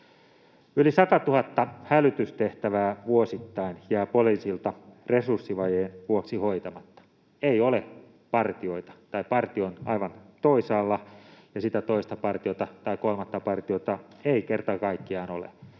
Yli 100 000 hälytystehtävää vuosittain jää poliisilta resurssivajeen vuoksi hoitamatta. Ei ole partioita, tai partio on aivan toisaalla ja sitä toista partiota tai kolmatta partiota ei kerta kaikkiaan ole.